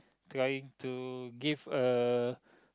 trying to give a